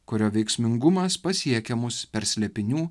kurio veiksmingumas pasiekia mus per slėpinių